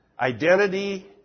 identity